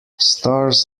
stars